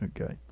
Okay